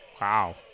Wow